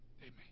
Amen